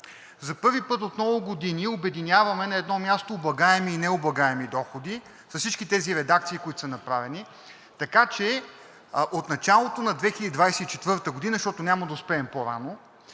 За първи път от много години обединяваме на едно място облагаеми и необлагаеми доходи с всички тези редакции, които са направени, така че от началото на 2024 г., защото няма да успеем по-рано,